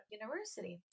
university